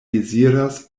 deziras